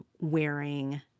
wearing